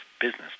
business